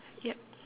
yup